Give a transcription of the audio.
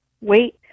wait